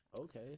Okay